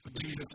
Jesus